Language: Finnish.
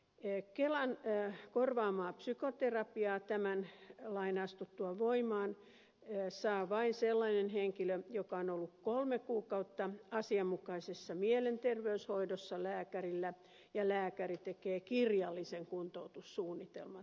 kelan korvaamaa psykoterapiaa tämän lain astuttua voimaan saa vain sellainen henkilö joka on ollut kolme kuukautta asianmukaisessa mielenterveyshoidossa lääkärillä ja jolle lääkäri tekee kirjallisen kuntoutussuunnitelman